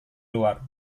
luar